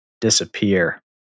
disappear